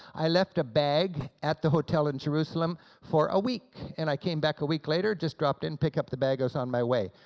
i left a bag at the hotel in jerusalem for a week, and i came back a week later, just dropped in, pick up the bag, i was on my way.